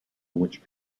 which